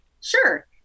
Sure